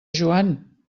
joan